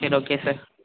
சரி okay sir